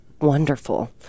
wonderful